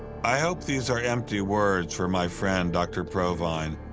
i hope these are empty words from my friend dr. provine,